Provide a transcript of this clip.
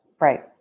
right